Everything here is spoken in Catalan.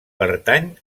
pertany